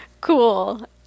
Cool